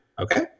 okay